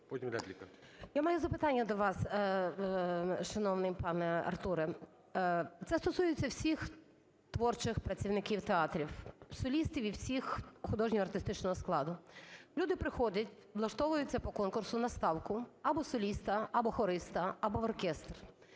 Я маю запитання до вас, шановний пане Артуре. Це стосується всіх творчих працівників театрів, солістів і всіх художньо-артистичного складу. Люди приходять, влаштовуються по конкурсу на ставку або соліста, або хориста, або в оркестр.